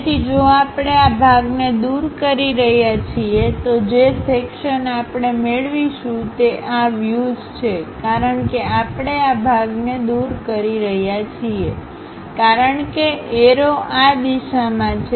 તેથી જો આપણે આ ભાગને દૂર કરી રહ્યા છીએ તો જે સેક્શનઆપણે મેળવીશું તે આ વ્યુઝછેકારણ કે આપણે આ ભાગને દૂર કરી રહ્યા છીએ કારણ કે એરો આ દિશામાં છે